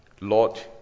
Lord